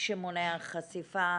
שמונע חשיפה